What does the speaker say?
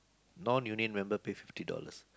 non union member pay fifty dollars